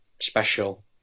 special